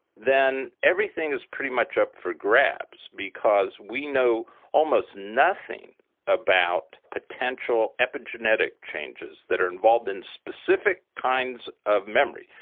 then everything is pretty much up for grabs because we know almost nothing about potential epigenetic changes that are involved in specific kinds of memory.